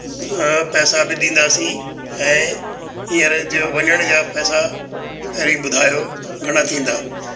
पैसा बि ॾींदासीं ऐं हींअर जो वञण जा पैसा पहिरीं ॿुधायो घणा थींदा